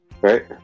Right